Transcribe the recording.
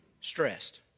stressed